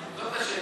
זאת השאלה.